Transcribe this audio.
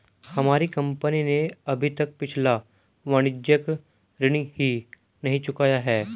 हमारी कंपनी ने अभी तक पिछला वाणिज्यिक ऋण ही नहीं चुकाया है